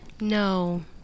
No